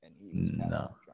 No